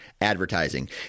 Advertising